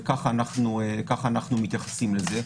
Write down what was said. וכך אנחנו מתייחסים לזה.